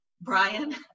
Brian